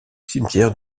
cimetière